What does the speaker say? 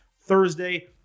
Thursday